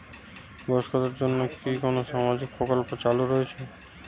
বয়স্কদের জন্য কি কোন সামাজিক প্রকল্প চালু রয়েছে?